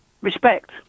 respect